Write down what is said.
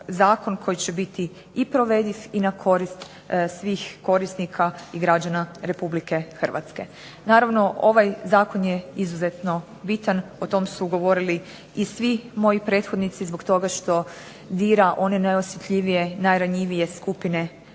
koji će biti i provediv i na korist svih korisnika i građana Republike Hrvatske. Naravno, ovaj zakon je izuzetno bitan, o tom su govorili i svi moji prethodnici, zbog toga što dira one najosjetljivije i najranjivije skupine u